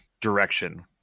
direction